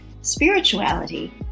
spirituality